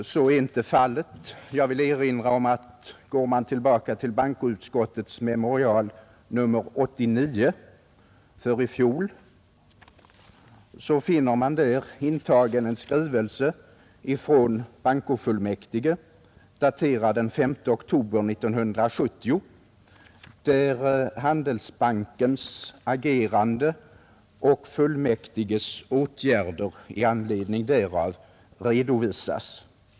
Så är inte fallet. Jag vill erinra om att går man tillbaka till bankoutskottets memorial nr 89 för i fjol finner man där intagen en skrivelse från bankofullmäktige, daterad den 5 oktober 1970, där Handelsbankens agerande och fullmäktiges åtgärder i anledning därav redovisas.